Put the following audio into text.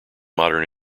modern